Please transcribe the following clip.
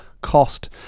cost